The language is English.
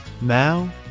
Now